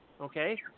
okay